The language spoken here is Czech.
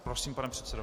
Prosím, pane předsedo.